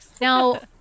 Now